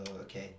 okay